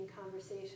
conversation